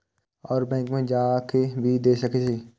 और बैंक में जा के भी दे सके छी?